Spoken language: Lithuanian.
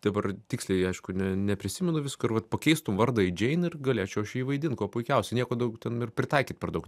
dabar tiksliai aišku ne neprisimenu visko ir vat pakeistų vardą į džein ir galėčiau aš jį vaidint kuo puikiausiai nieko daug ten ir pritaikyt per daug